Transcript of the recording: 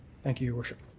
thank you, your worship.